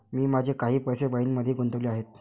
मी माझे काही पैसे वाईनमध्येही गुंतवले आहेत